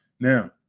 Now